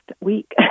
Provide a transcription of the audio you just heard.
week